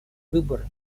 выбор